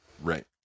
Right